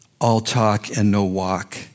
all-talk-and-no-walk